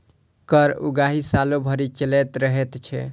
कर उगाही सालो भरि चलैत रहैत छै